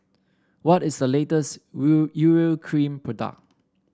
what is the latest Urea Cream product